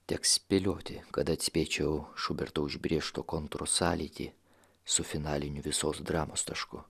teks spėlioti kad atspėčiau šuberto užbrėžto kontūro sąlytį su finaliniu visos dramos tašku